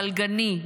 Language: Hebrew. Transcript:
פלגני,